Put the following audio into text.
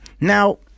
Now